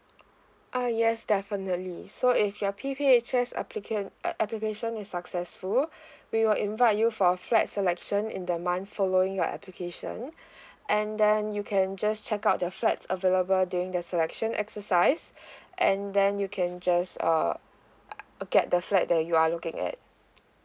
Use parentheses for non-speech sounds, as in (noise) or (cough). uh yes definitely so if your P_P_H_S applicant uh application is successful (breath) we will invite you for a flat selection in the month following your application (breath) and then you can just check out the flat available during the selection exercise (breath) and then you can just err get the flat that you are looking at